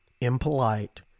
impolite